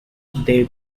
they